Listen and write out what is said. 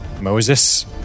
Moses